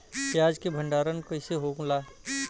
प्याज के भंडारन कइसे होला?